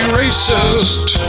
racist